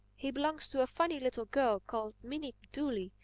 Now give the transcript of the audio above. he belongs to a funny little girl called minnie dooley,